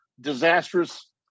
disastrous